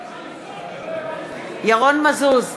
בעד ירון מזוז,